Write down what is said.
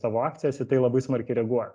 tavo akcijas į tai labai smarkiai reaguoja